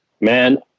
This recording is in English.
Man